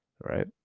right